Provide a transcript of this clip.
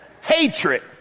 hatred